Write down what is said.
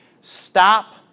stop